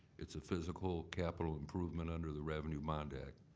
it's a physical capital improvement under the revenue bond act.